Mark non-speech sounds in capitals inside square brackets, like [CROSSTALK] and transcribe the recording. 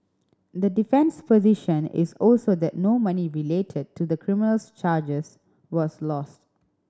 the defence position is also that no money related to the criminal [UNINTELLIGIBLE] charges was lost